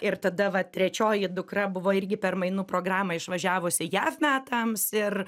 ir tada va trečioji dukra buvo irgi per mainų programą išvažiavus į jav metams ir